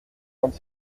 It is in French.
vingt